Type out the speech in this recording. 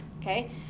okay